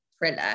thriller